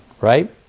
Right